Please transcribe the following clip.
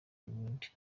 abandi